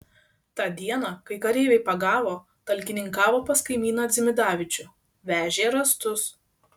tą dieną kai kareiviai pagavo talkininkavo pas kaimyną dzimidavičių vežė rąstus